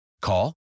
Call